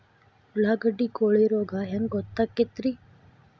ಉಳ್ಳಾಗಡ್ಡಿ ಕೋಳಿ ರೋಗ ಹ್ಯಾಂಗ್ ಗೊತ್ತಕ್ಕೆತ್ರೇ?